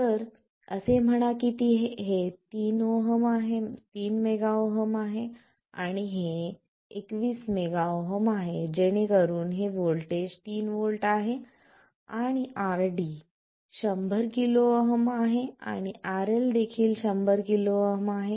तर असे म्हणा की हे 3 MΩ आहे हे 21 MΩ आहे जेणे करून हे व्होल्टेज 3 व्होल्ट आहे आणि RD 100 KΩ आहे आणि RL देखील 100 KΩ आहे